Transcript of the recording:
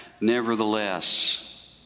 nevertheless